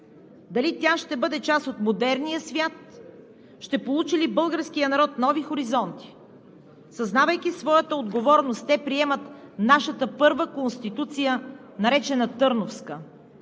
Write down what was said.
дали тя ще бъде част от модерния свят, ще получи ли българският народ нови хоризонти. Съзнавайки своята отговорност, те приемат нашата първа Конституция, наречена Търновска,